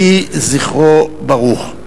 יהי זכרו ברוך.